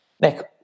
Nick